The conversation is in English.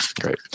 Great